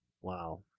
Wow